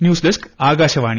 news desk Akashvani